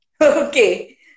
Okay